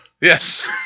Yes